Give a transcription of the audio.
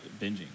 binging